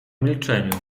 milczeniu